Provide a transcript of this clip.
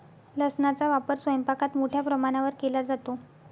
लसणाचा वापर स्वयंपाकात मोठ्या प्रमाणावर केला जातो